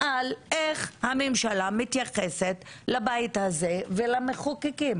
על איך הממשלה מתייחסת לבית הזה ולמחוקקים.